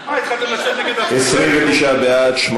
חיפוש בגוף ונטילת אמצעי זיהוי) (תיקון מס' 6) (אמצעי זיהוי ביומטריים),